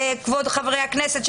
כבוד חברי הכנסת,